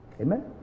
Amen